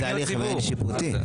תהליך מעין שיפוטי.